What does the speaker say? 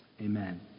Amen